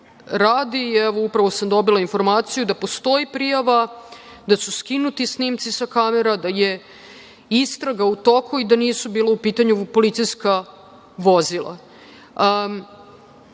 radi. Upravo sam dobila informaciju da postoji prijava, da su skinuti snimci sa kamera, da je istraga u toku i da nisu bila u pitanju policijska vozila.